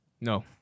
No